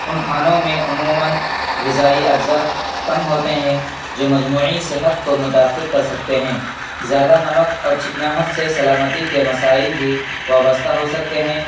ان کھانوں میں عموماً غذائی اجزا کم ہوتے ہیں جو مجموعی صحت کو متاثر کر سکتے ہیں زیادہ نمک اور چکناہٹ سے سلامتی کے مسائل بھی وابستہ ہو سکتے ہیں